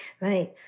Right